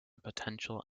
potential